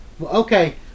Okay